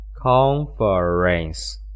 conference